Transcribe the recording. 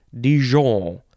Dijon